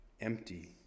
empty